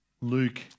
Luke